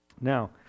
Now